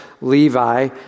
Levi